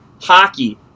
hockey